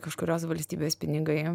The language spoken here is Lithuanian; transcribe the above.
kažkurios valstybės pinigai